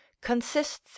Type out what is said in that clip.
consists